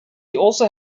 also